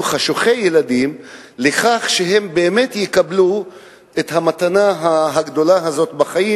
חשוכי ילדים לכך שהם באמת יקבלו את המתנה הגדולה הזאת בחיים,